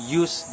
use